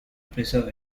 preserve